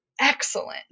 excellent